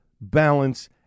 balance